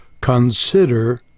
Consider